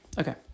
Okay